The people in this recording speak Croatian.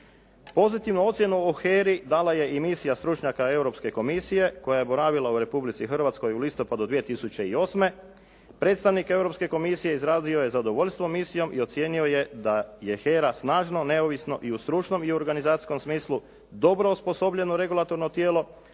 Pozitivnu ocjenu o HERA-i dala je misija stručnjaka Europske komisije koja je boravila u Republici Hrvatskoj u listopadu 2008. Predstavnik Europske komisije izrazio je zadovoljstvo misijom i ocijenio je da je HERA snažno neovisno i u stručnom i organizacijskom smislu dobro osposobljeno regulatorno tijelo